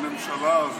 בממשלה הזאת,